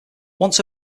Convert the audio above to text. once